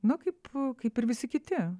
nu kaip kaip ir visi kiti